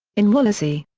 in wallasey.